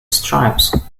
stripes